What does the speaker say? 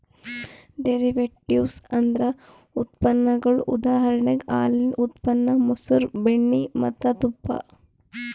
derivatives ಅಂದ್ರ ಉತ್ಪನ್ನಗೊಳ್ ಉದಾಹರಣೆಗ್ ಹಾಲಿನ್ ಉತ್ಪನ್ನ ಮಸರ್, ಬೆಣ್ಣಿ ಮತ್ತ್ ತುಪ್ಪ